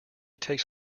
takes